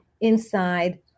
inside